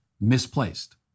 misplaced